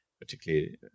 particularly